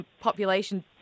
population